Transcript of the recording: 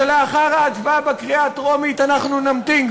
שלאחר ההצבעה בקריאה הטרומית אנחנו נמתין.